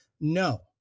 No